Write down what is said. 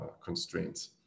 constraints